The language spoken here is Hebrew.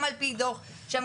גם על פי דוח שמגר,